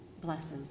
blesses